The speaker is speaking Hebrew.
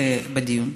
נכון.